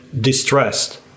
distressed